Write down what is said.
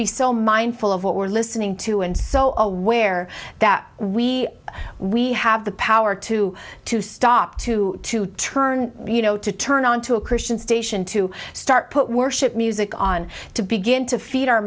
be so mindful of what we're listening to and so aware that we we have the power to to stop to to turn you know to turn on to a christian station to start put worship music on to begin to feed our